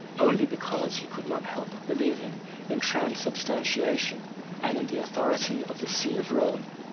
only because he could not help believing in transubstantiation and in the authority of the see of rome,